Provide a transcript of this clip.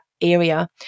area